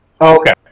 Okay